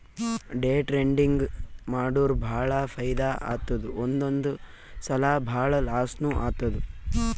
day trading ಮಾಡುರ್ ಭಾಳ ಫೈದಾ ಆತ್ತುದ್ ಒಂದೊಂದ್ ಸಲಾ ಭಾಳ ಲಾಸ್ನೂ ಆತ್ತುದ್